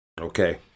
Okay